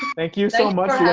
thank you so much,